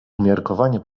umiarkowanie